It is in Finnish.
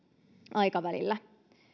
aikavälillä